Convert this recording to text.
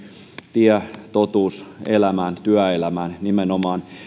tie totuus elämään työelämään nimenomaan